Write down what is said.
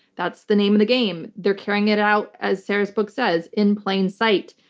that's the name of the game. they're carrying it out, as sarah's book says, in plain sight.